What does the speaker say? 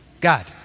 God